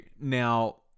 now